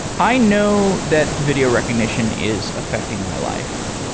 i know that video recognition is affecting my life.